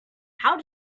how